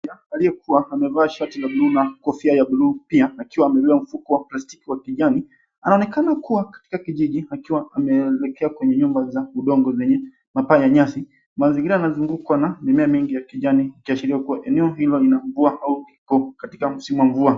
Jamaa aliyekuwa amevaa shati la blue na kofia ya blue pia, akiwa amebeba mfuko wa plastic wa kijani, anaonekana kuwa katika kijiji, akiwa ameelekea kwenye nyumba za udongo zenye mapaa ya nyasi. Mazingira yanazungukwa na mimea mingi ya kijani, ikiashiria eneo hilo lina mvua au iko katika msimu wa mvua.